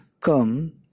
come